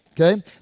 Okay